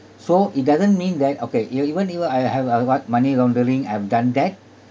so it doesn't mean that okay you even even I I uh what money laundering I've done that